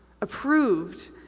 approved